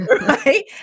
Right